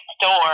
store